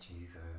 Jesus